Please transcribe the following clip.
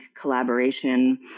collaboration